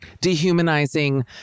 dehumanizing